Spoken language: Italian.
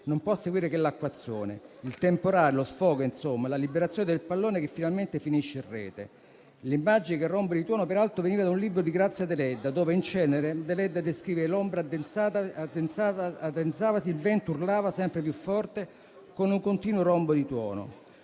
non può seguire che l'acquazzone, il temporale, lo sfogo insomma, la liberazione del pallone che finalmente finisce in rete». L'immagine del rombo di tuono, peraltro, veniva da un libro di Grazia Deledda, "Cenere", dove Deledda descrive: "L'ombra addensavasi, il vento urlava sempre più forte, con un continuo rombo di tuono".